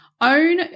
own